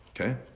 okay